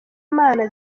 mana